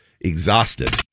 exhausted